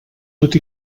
tot